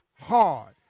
hard